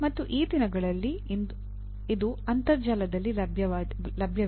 ಮತ್ತು ಈ ದಿನಗಳಲ್ಲಿ ಇದು ಅಂತರ್ಜಾಲದಲ್ಲಿ ಲಭ್ಯವಿದೆ